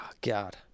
god